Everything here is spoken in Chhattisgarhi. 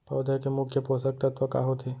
पौधे के मुख्य पोसक तत्व का होथे?